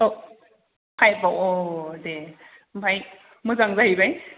अ फाइभआव अ दे ओमफ्राय मोजां जाहैबाय